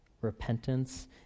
Repentance